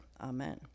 Amen